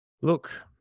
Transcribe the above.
Look